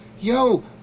yo